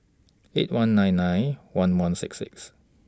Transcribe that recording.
eight one nine nine one one six six